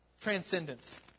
Transcendence